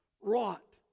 wrought